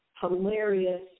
hilarious